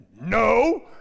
No